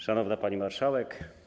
Szanowna Pani Marszałek!